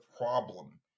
problem